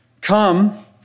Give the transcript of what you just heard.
come